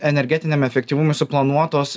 energetiniam efektyvumui suplanuotos